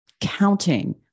counting